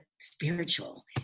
spiritual